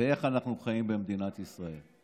ואיך אנחנו חיים במדינת ישראל.